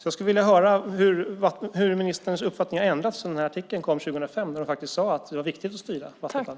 Jag skulle därför vilja höra hur ministerns uppfattning har ändrats sedan den här artikeln kom 2005 där hon faktiskt sade att det var viktigt att styra Vattenfall.